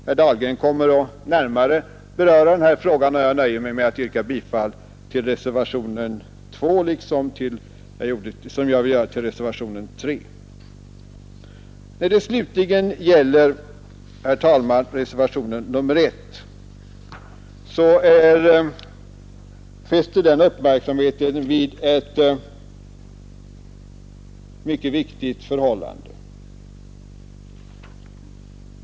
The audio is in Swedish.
Herr Dahlgren kommer att närmare beröra denna fråga, och jag nöjer mig med att yrka bifall till reservationen 2. Reservationen 1 slutligen, herr talman, fäster uppmärksamheten vid ett mycket viktigt förhållande.